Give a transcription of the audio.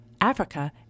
Africa